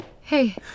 Hey